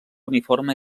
uniforme